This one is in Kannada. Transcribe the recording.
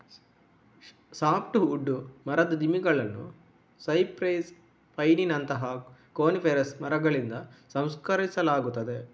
ಸಾಫ್ಟ್ ವುಡ್ ಮರದ ದಿಮ್ಮಿಗಳನ್ನು ಸೈಪ್ರೆಸ್, ಪೈನಿನಂತಹ ಕೋನಿಫೆರಸ್ ಮರಗಳಿಂದ ಸಂಸ್ಕರಿಸಲಾಗುತ್ತದೆ